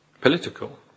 political